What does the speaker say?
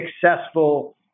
successful